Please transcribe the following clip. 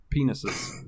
penises